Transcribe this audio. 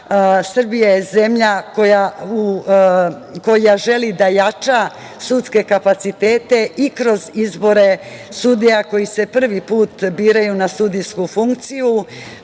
Srbija je zemlja koja želi da jača sudske kapacitete i kroz izbore sudija koji se prvi put biraju na sudijski funkciju,